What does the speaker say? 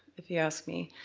if you ask me.